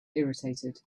irritated